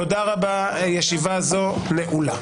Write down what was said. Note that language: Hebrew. תודה רבה, ישיבה זו נעולה.